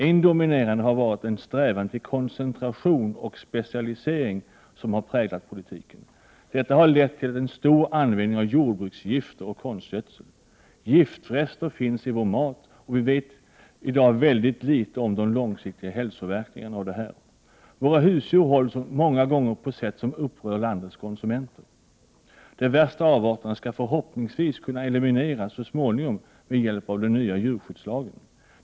En dominerande orsak har varit den strävan till koncentration och specialisering som har präglat politiken. Detta har lett till en stor användning av jordbruksgifter och konstgödsel. Giftrester finns i vår mat, och vi vet i dag mycket litet om de långsiktiga verkningarna på hälsan av detta. Våra husdjur hålls många gånger på sätt som upprör landets konsumenter. De värsta avarterna skall förhoppningsvis kunna elimineras så småningom med hjälp av den nya djurskyddslagen.